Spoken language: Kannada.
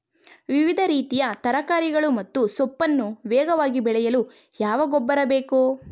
ವಿವಿಧ ರೀತಿಯ ತರಕಾರಿಗಳು ಮತ್ತು ಸೊಪ್ಪನ್ನು ವೇಗವಾಗಿ ಬೆಳೆಯಲು ಯಾವ ಗೊಬ್ಬರ ಬೇಕು?